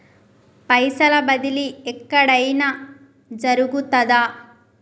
పైసల బదిలీ ఎక్కడయిన జరుగుతదా?